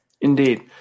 Indeed